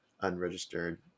unregistered